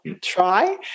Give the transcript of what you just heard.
try